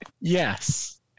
Yes